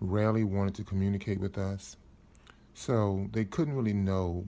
rarely wanted to communicate with us so they couldn't really know